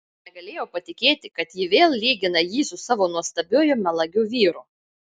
negalėjo patikėti kad ji vėl lygina jį su savo nuostabiuoju melagiu vyru